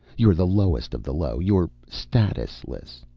you're the lowest of the low. you're statusless.